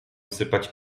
sypać